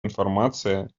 информация